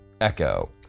Echo